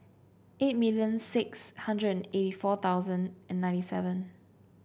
eight million six hundred and eighty four thousand and ninety seven